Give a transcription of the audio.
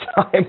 time